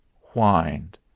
whined